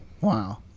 Wow